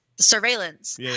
surveillance